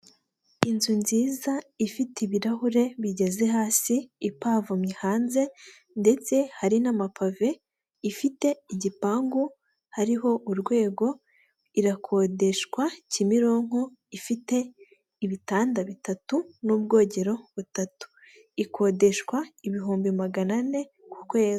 Inzu nziza ifite ibirahure bigeze hasi, ipavomye hanze ndetse hari n'amapave, ifite igipangu hariho urwego, irakodeshwa Kimironko, ifite ibitanda bitatu n'ubwogero butatu, ikodeshwa ibihumbi magana ane ku kwezi.